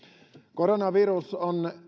koronavirus on